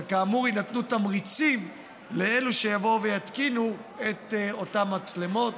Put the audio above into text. וכאמור יינתנו תמריצים לאלה שיבואו ויתקינו את אותן מצלמות